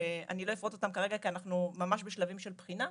שאני לא אפרוט אותן כרגע כי אנחנו ממש בשלבים של בחינה.